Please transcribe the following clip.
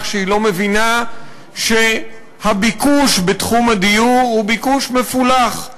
שהיא לא מבינה שהביקוש בתחום הדיור הוא ביקוש מפולח: